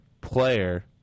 player